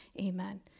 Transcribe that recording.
amen